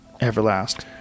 Everlast